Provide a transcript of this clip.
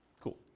Cool